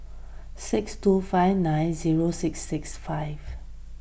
six two five nine zero six six five